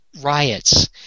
riots